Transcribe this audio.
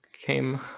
came